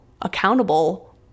accountable